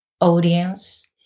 audience